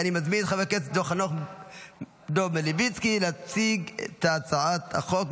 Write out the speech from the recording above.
אני מזמין את חבר הכנסת חנוך דב מלביצקי להציג את הצעת החוק,